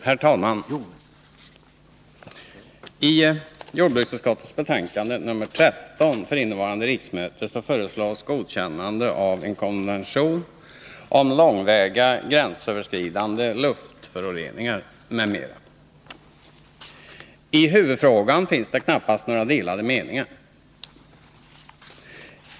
Herr talman! I jordbruksutskottets betänkande nr 13 för innevarande riksmöte föreslås godkännande av en konvention om långväga gränsöverskridande luftföroreningar, m.m. I huvudfrågan finns det knappast några delade meningar.